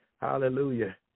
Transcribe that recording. Hallelujah